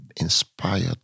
inspired